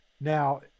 now